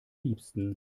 liebsten